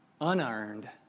Unearned